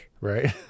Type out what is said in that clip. Right